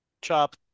Chop